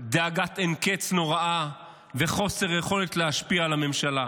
דאגת אין-קץ נוראה וחוסר יכולת להשפיע על הממשלה